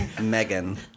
Megan